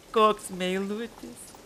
koks meilutis